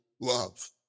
love